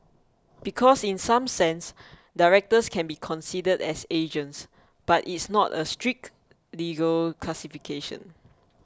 because in some sense directors can be considered as agents but it's not a strict legal classification